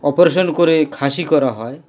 operation করে খাসি করা হয়